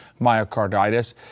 myocarditis